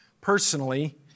personally